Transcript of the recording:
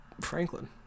Franklin